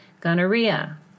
gonorrhea